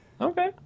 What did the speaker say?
Okay